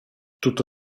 tutto